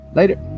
Later